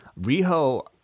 Riho